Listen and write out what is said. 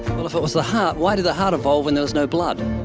well, if it was the heart, why did the heart evolve when there was no blood?